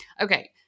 Okay